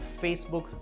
Facebook